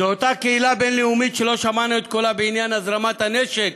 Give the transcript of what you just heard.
זה אותה קהילה בין-לאומית שלא שמענו את קולה בעניין הזרמת הנשק